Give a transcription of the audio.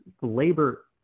labor